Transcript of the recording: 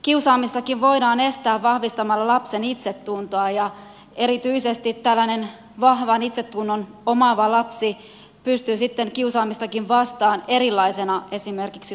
kiusaamistakin voidaan estää vahvistamalla lapsen itsetuntoa ja erityisesti tällainen vahvan itsetunnon omaava lapsi pystyy sitten kiusaamistakin vastaan erilaisena esimerkiksi suojelemaan itseään